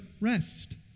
rest